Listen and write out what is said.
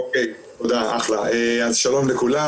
שלום לכולם,